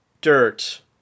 Dirt